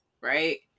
right